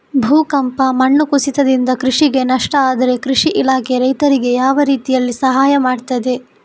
ಭೂಕಂಪ, ಮಣ್ಣು ಕುಸಿತದಿಂದ ಕೃಷಿಗೆ ನಷ್ಟ ಆದ್ರೆ ಕೃಷಿ ಇಲಾಖೆ ರೈತರಿಗೆ ಯಾವ ರೀತಿಯಲ್ಲಿ ಸಹಾಯ ಮಾಡ್ತದೆ?